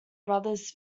brothers